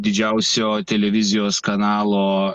didžiausio televizijos kanalo